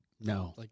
No